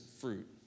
fruit